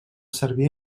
servir